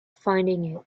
finding